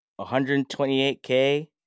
128K